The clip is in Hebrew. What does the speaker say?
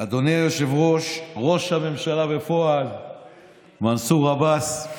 אדוני היושב-ראש, ראש הממשלה בפועל מנסור עבאס,